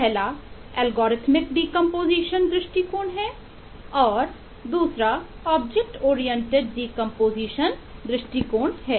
पहला algorithm decomposition दृष्टिकोण है